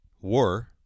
war